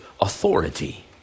authority